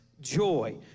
joy